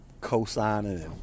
Co-signing